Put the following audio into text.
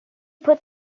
put